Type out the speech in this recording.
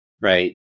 right